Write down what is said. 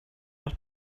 nach